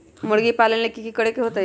मुर्गी पालन ले कि करे के होतै?